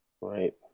Right